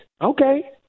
Okay